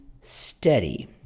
steady